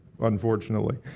unfortunately